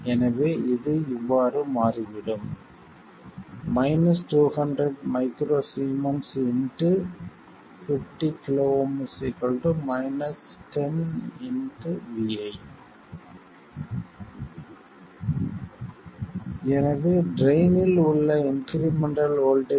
எனவே இது இவ்வாறு மாறிவிடும் 200 µS 50 KΩ 10 vi எனவே ட்ரைன் இல் உள்ள இன்க்ரிமெண்டல் வோல்ட்டேஜ் ஆனது 10 vi